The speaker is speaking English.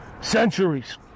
centuries